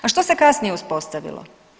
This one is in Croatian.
A što se kasnije uspostavilo?